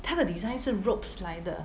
他的 design 是 ropes 来的